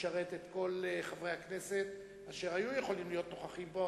לשרת את כל חברי הכנסת אשר היו יכולים להיות נוכחים פה,